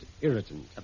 irritant